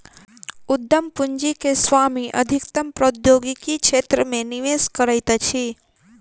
उद्यम पूंजी के स्वामी अधिकतम प्रौद्योगिकी क्षेत्र मे निवेश करैत अछि